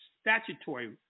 statutory